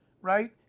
right